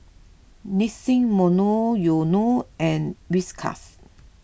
Nissin Monoyono and Whiskas